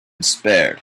spared